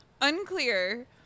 Unclear